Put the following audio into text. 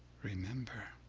remember,